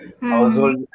household